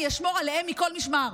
אני אשמור עליהם מכל משמר.